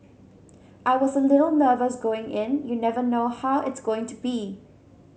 I was a little nervous going in you never know how it's going to be